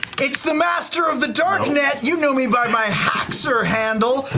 it's the master of the dark net, you know me by my haxxor handle,